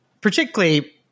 Particularly